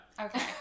Okay